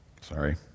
sorry